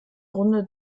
runde